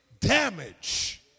damage